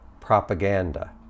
propaganda